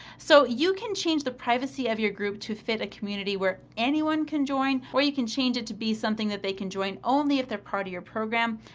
so, you can change the privacy of your group to fit a community where anyone can join or you can change it to be something that they can join only if they're part of your program.